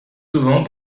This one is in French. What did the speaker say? souvent